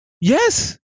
Yes